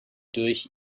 durch